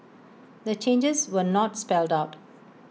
the changes were not spelled out